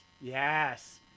Yes